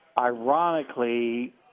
ironically